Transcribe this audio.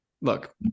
Look